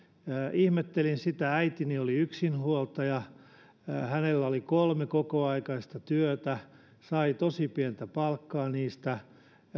ihmettelin sitä kun äitini oli yksinhuoltaja hänellä oli kolme kokoaikaista työtä sai tosi pientä palkkaa niistä